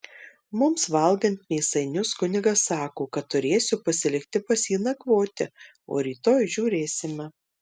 mums valgant mėsainius kunigas sako kad turėsiu pasilikti pas jį nakvoti o rytoj žiūrėsime